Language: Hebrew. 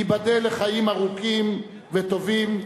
ייבדל לחיים ארוכים וטובים,